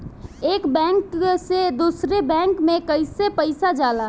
एक बैंक से दूसरे बैंक में कैसे पैसा जाला?